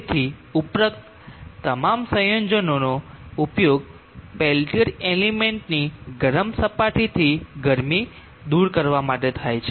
તેથી ઉપરોક્ત તમામ સંયોજનનો ઉપયોગ પેલ્ટીયર એલિમેન્ટની ગરમ સપાટીથી ગરમી દૂર કરવા માટે થાય છે